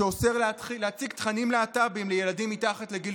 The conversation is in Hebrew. שאוסר להתחיל להציג תכנים להט"בים לילדים מתחת לגיל